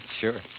sure